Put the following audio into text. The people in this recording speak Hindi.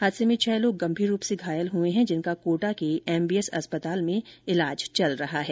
हादसे में छह लोग गंभीर रूप से घायल हुए हैं जिनका कोटा के एमबीएस अस्पताल में इलाज चल रहा है